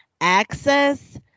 access